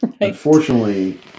unfortunately